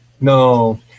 No